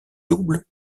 double